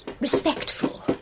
respectful